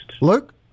Luke